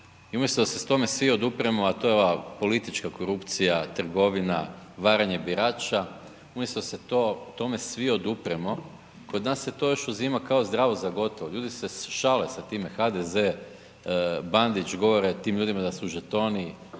i umjesto da se tome svi odupremo, a to je ova politička korupcija, trgovina, varanje birača, umjesto da se tome svi odupremo, kod nas se to još uzima, kao zdravo za gotovo, ljudi se šale s time, HDZ, Bandić, govore tim ljudima da su žetoni,